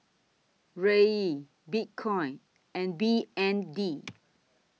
Riel Bitcoin and B N D